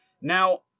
Now